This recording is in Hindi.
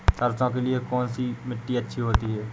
सरसो के लिए कौन सी मिट्टी अच्छी होती है?